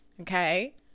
Okay